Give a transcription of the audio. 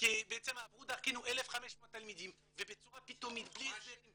עברו דרכנו 1,500 תלמידים ובצורה פתאומית בלי הסברים,